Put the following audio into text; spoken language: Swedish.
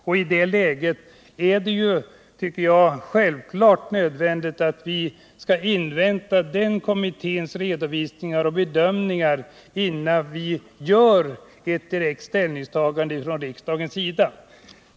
I det läget är det, tycker jag, självklart nödvändigt att Torsdagen den invänta den kommitténs redovisningar och bedömningar innan vi gör ett 5 oktober 1978 direkt ställningstagande från riksdagens sida.